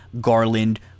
Garland